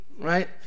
right